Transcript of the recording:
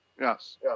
Yes